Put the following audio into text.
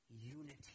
unity